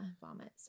vomit